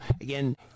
again